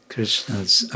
Krishna's